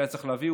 והיה צריך להביא,